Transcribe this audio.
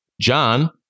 John